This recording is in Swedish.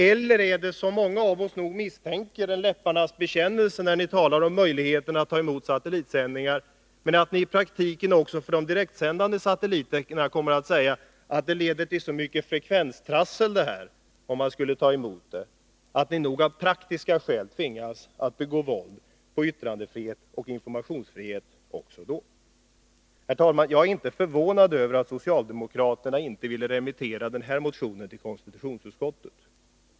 Eller är det, som många av oss nog misstänker, en läpparnas bekännelse — ni talar om möjligheterna att ta emot satellitsändningar, men i praktiken kommer ni också för de direktsändande satelliterna att säga att det leder till så mycket frekvenstrassel om man skulle ta emot dem att man nog av praktiska skäl tvingas att begå våld på yttrandefrihet och informationsfrihet? Herr talman! Jag är inte förvånad över att socialdemokraterna inte vill remittera den här motionen till konstitutionsutskottet.